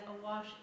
awash